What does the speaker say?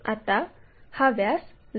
आता हा व्यास जोडा